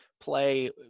play